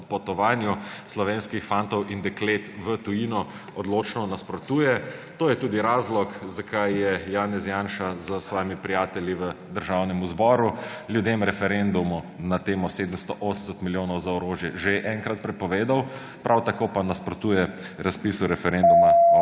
napotovanju slovenskih fantov in deklet v tujino odločno nasprotuje. To je tudi razlog, zakaj je Janez Janša s svojimi prijatelji v Državnem zboru referendum na temo 780 milijonov za orožje že enkrat prepovedal, prav tako pa nasprotuje razpisu referenduma